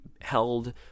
held